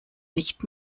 nicht